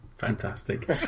fantastic